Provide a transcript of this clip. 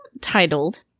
titled